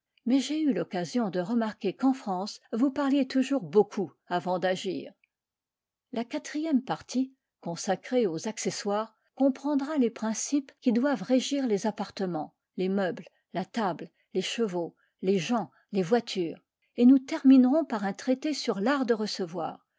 mais j'ai eu l'occasion de remarquer qu'en france vous parliez toujours beaucoup avant d'agir la quatrième partie consacrée aux accessoires comprendra les principes qui doivent régir les appartements les meubles la table les chevaux les gens les voitures et nous terminerons par un traité sur vart de recevoir